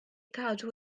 cadw